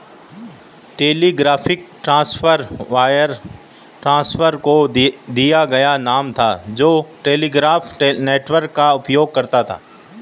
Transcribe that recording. telegraphic transfer wire transfer को दिया गया नाम था जो टेलीग्राफ नेटवर्क का उपयोग करता था